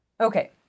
Okay